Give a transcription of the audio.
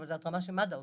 אבל זאת התרמה שמד"א עושה.